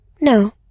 No